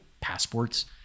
passports